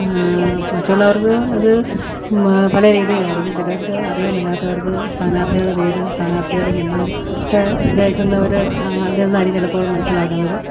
മറ്റുള്ളവർക്ക് അത് പല രീതിയിലായിരിക്കും ചിലർക്ക് അറിയാൻ മേലാത്തവർക്ക് സ്ഥാനാർഥിയുടെ പേരും സ്ഥാനാർഥിയുടെ ചിഹ്നവുമൊക്കെ കേള്ക്കുന്നവര് അതിൽ നിന്നായിരിക്കും ചിലപ്പോൾ മനസ്സിലാക്കുന്നത്